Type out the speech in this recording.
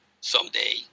someday